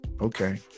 okay